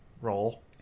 roll